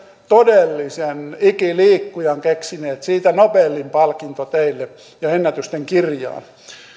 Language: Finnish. todellisen ikiliikkujan keksineet siitä nobelin palkinto teille ja ennätysten kirjaan